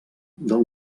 del